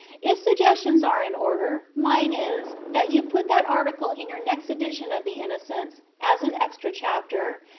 if suggestions are in order, mine is, that you put that article in your next edition of the innocents, as an extra chapter,